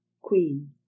queen